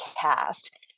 cast